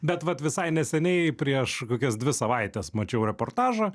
bet vat visai neseniai prieš kokias dvi savaites mačiau reportažą